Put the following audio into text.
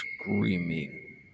Screaming